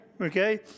Okay